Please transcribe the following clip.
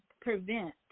prevent